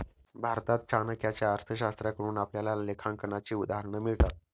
भारतात चाणक्याच्या अर्थशास्त्राकडून आपल्याला लेखांकनाची उदाहरणं मिळतात